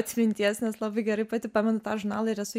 atminties nes labai gerai pati pamenu tą žurnalą ir esu